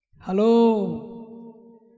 Hello